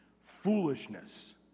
foolishness